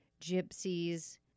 gypsies